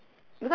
to like